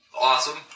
Awesome